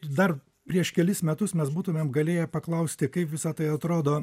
dar prieš kelis metus mes būtumėm galėję paklausti kaip visa tai atrodo